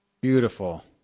Beautiful